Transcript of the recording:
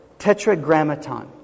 Tetragrammaton